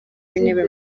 w’intebe